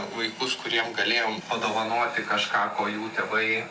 vaikus kuriem galėjom padovanoti kažką ko jų tėvai